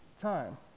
time